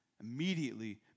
Immediately